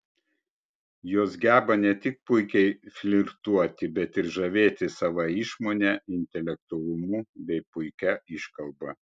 jos geba ne tik puikiai flirtuoti bet ir žavėti sava išmone intelektualumu bei puikia iškalba